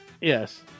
Yes